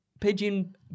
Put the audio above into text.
pigeon